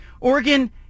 Oregon